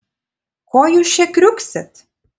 ko jūs čia kriuksit